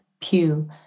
pew